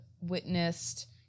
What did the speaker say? witnessed